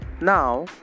Now